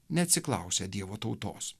neatsiklausę dievo tautos